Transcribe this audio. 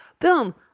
Boom